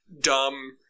dumb